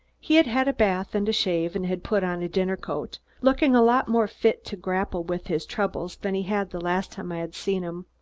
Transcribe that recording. he had had a bath and a shave and had put on a dinner-coat, looking a lot more fit to grapple with his troubles than he had the last time i had seen him.